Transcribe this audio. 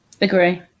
agree